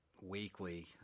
weekly